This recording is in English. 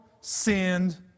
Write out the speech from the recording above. sinned